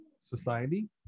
society